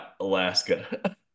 Alaska